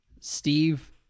Steve